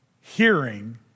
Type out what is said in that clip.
hearing